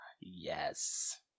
Yes